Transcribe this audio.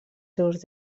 seus